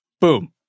Boom